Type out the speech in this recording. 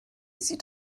sieht